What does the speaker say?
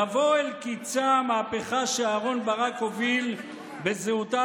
תבוא אל קיצה מהפכה שאהרן ברק הוביל בזהותה